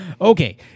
Okay